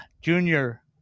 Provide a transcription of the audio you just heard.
Junior